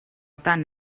tant